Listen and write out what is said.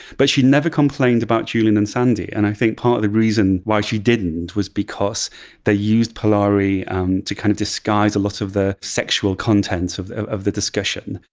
but she never complained about julian and sandy. and i think part of the reason why she didn't was because they used polari um to kind of disguise a lot of the sexual content of of the discussion,